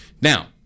Now